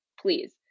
Please